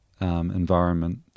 environment